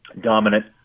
dominant